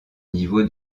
niveau